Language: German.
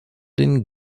den